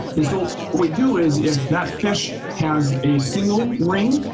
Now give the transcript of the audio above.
and so what we do is if that fish has a single ring,